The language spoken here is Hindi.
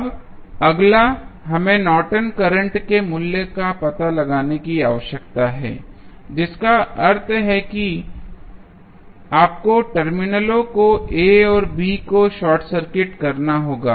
अब अगला हमें नॉर्टन करंट Nortons current के मूल्य का पता लगाने की आवश्यकता है जिसका अर्थ है कि आपको टर्मिनलों को a और b को शॉर्ट सर्किट करना होगा